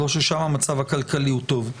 לא ששם המצב הכלכלי הוא טוב.